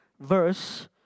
verse